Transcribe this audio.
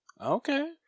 Okay